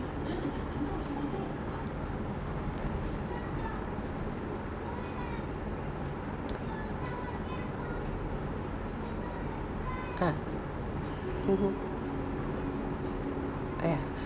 uh mmhmm !aiya!